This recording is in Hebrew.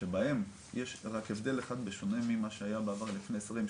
שבהם יש רק הבדל אחד בשונה ממה שהיה בעבר לפני 20,